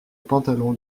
pantalon